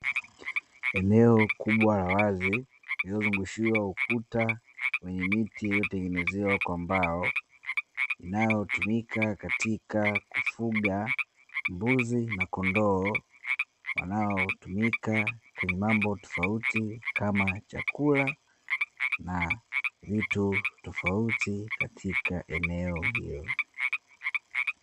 Eneo kubwa la wazi lililozungushiwa ukuta wenye miti iliyotetengenezewa kwa mbao, inayotumika katika kufuga mbuzi na kondoo, wanaotumika kwenye mambo tofauti kama chakula na vitu tofauti katika eneo hilo.